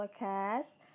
podcast